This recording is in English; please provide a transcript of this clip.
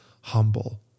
humble